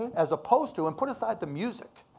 as opposed to, and put aside the music.